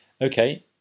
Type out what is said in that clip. Okay